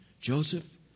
Joseph